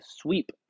sweep